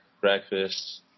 breakfast